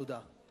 תודה.